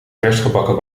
versgebakken